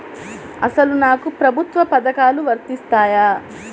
అసలు నాకు ప్రభుత్వ పథకాలు వర్తిస్తాయా?